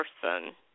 person